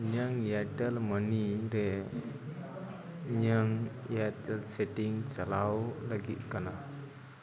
ᱤᱧᱟᱹᱝ Airtel money ᱨᱮ ᱤᱧᱟᱹᱝ ᱮᱭᱟᱨᱴᱮᱞ ᱥᱮᱴᱤᱝ ᱪᱟᱞᱟᱣ ᱞᱟᱹᱜᱤᱫ ᱠᱟᱱᱟ